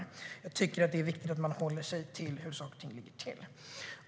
Jag tycker att det är viktigt att faktiskt hålla sig till hur saker och ting ligger till.